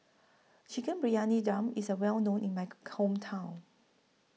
Chicken Briyani Dum IS A Well known in My Hometown